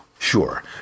Sure